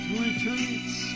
retreats